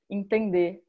entender